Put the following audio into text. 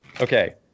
okay